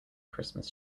christmas